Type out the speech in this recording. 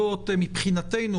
יותר מדברים,